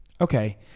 Okay